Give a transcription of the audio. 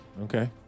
Okay